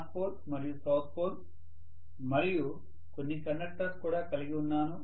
north pole మరియు south pole మరియు కొన్ని కండక్టర్స్ కూడా కలిగి ఉన్నాను